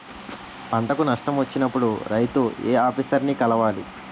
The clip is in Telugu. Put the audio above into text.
పంటకు నష్టం వచ్చినప్పుడు రైతు ఏ ఆఫీసర్ ని కలవాలి?